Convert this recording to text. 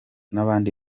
n’abandi